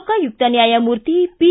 ಲೋಕಾಯುಕ್ತ ನ್ಯಾಯಮೂರ್ತಿ ಪಿ